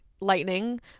Lightning